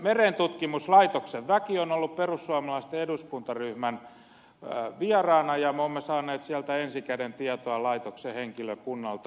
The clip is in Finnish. merentutkimuslaitoksen väki on ollut perussuomalaisten eduskuntaryhmän vieraana ja me olemme saaneet sieltä ensikäden tietoa laitoksen henkilökunnalta